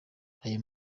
ayo